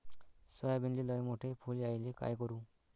सोयाबीनले लयमोठे फुल यायले काय करू?